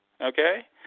Okay